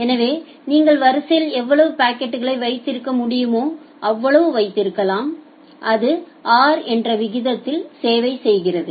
எனவே நீங்கள் வரிசையில் எவ்வளவு பாக்கெட்களை வைத்திருக்க முடியுமோ அவ்வளவு வைத்திருக்கலாம் அது r என்ற விகிதத்தில் சேவை செய்கிறது